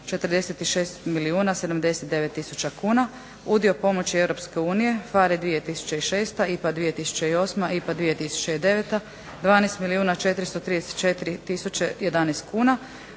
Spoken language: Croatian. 146 milijuna 79 tisuća kuna, udio pomoći Europske unije, FARE 2006, IPA 2008, IPA 2009, 12 milijuna 434 tisuće 11 kuna.